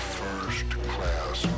first-class